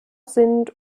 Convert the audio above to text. sind